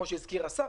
כמו שהזכיר השר.